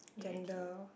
gender